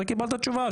על זה קיבלת תשובה,